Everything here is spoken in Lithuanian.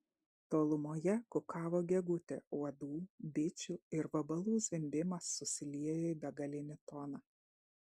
tolumoje kukavo gegutė uodų bičių ir vabalų zvimbimas susiliejo į begalinį toną